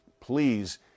please